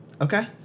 Okay